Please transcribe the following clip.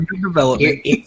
development